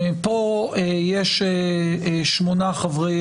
פה יש שמונה חברי